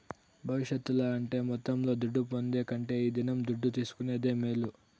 భవిష్యత్తుల అంటే మొత్తంలో దుడ్డు పొందే కంటే ఈ దినం దుడ్డు తీసుకునేదే మేలు